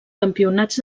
campionats